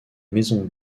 maisons